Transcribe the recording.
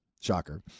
shocker